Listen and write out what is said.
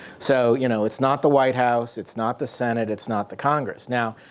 so, you know, it's not the white house. it's not the senate. it's not the congress. now,